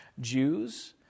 Jews